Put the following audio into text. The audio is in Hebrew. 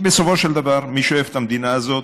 בסופו של דבר, מי שאוהב את המדינה הזאת,